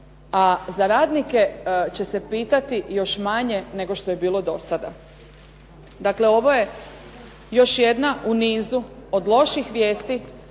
a za radnike će se pitati još manje nego što je bilo do sada. Dakle, ovo je još jedna u nizu od loših vijesti